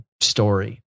story